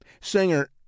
Singer